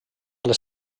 les